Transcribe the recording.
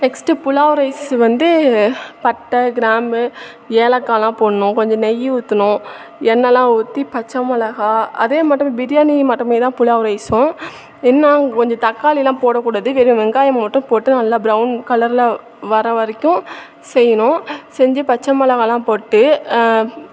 next pulao rice வந்து பட்டை கிராம்பு ஏலக்காலாம் போடணும் கொஞ்சம் நெய் ஊற்றணும் எண்ணெயெல்லாம் ஊற்றி பச்சை மிளகா அதே மாட்டமே பிரியாணி மாட்டமே தான் புலாவ் ரைஸ்ஸும் என்ன அங்கே கொஞ்சம் தக்காளியெலாம் போடக்கூடாது வெறும் வெங்காயம் மட்டும் போட்டு நல்லா பிரவுன் கலர்ல வர வரைக்கும் செய்யணும் செஞ்சு பச்சை மிளகாலாம் போட்டு